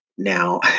Now